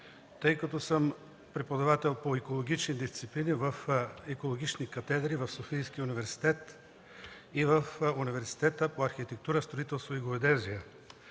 тъй като съм преподавател по екологични дисциплини в екологични катедри в Софийския университет и в Университета по архитектура, строителство и геодезия.